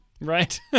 Right